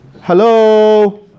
Hello